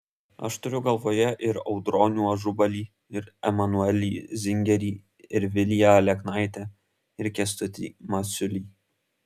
aš turiu galvoje ir audronių ažubalį ir emanuelį zingerį ir viliją aleknaitę ir kęstutį masiulį